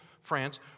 France